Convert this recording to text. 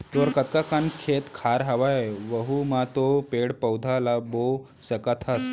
तोर अतका कन खेत खार हवय वहूँ म तो पेड़ पउधा ल बो सकत हस